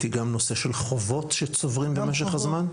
זה גם עניין של חובות שצוברים במשך הזמן?